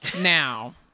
Now